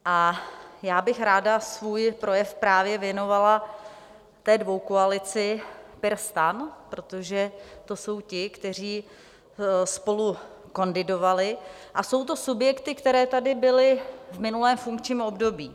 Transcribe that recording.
A já bych ráda svůj projev právě věnovala té dvoukoalici PirSTAN, protože to jsou ti, kteří spolu kandidovali, a jsou to subjekty, které tady byly v minulém funkčním období.